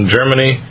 Germany